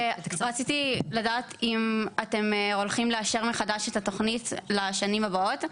רציתי לדעת אם אתם הולכים לאשר מחדש את התוכנית לשנים הבאות?